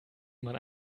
man